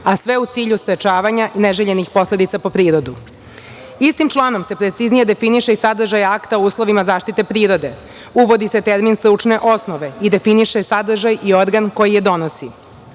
a sve u cilju sprečavanja neželjenih posledica po prirodu. Istim članom se preciznije definiše i sadržaj akta o uslovima zaštite prirode, uvodi se termin stručne osnove i definiše sadržaj i organ koji je donosi. Takođe,